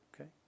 Okay